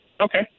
Okay